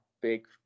big